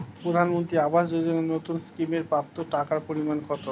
প্রধানমন্ত্রী আবাস যোজনায় নতুন স্কিম এর প্রাপ্য টাকার পরিমান কত?